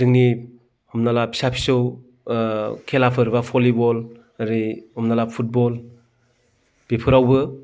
जोंनि हमना ला फिसा फिसौ खेलाफोर बा भलिबल बा ओरै हमना ला फुटबल बेफोरावबो